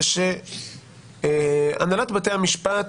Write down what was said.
היא שהנהלת בתי המשפט,